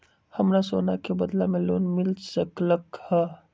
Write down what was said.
हमरा सोना के बदला में लोन मिल सकलक ह?